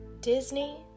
Disney